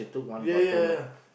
ya ya ya